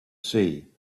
see